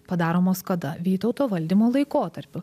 padaromos kada vytauto valdymo laikotarpiu